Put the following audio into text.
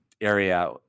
area